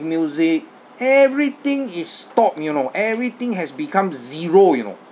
music everything is stopped you know everything has become zero you know